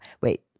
Wait